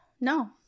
no